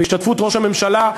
בהשתתפות ראש הממשלה,